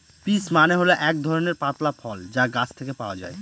peach মানে হল এক ধরনের পাতলা ফল যা গাছ থেকে পাওয়া যায়